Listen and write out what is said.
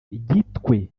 gitwe